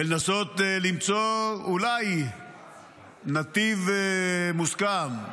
ולנסות למצוא אולי נתיב מוסכם,